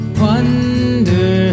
wonder